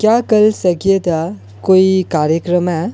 क्या कल्ल संझे दा कोई कार्यक्रम ऐ